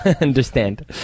understand